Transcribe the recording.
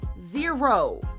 zero